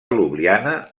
ljubljana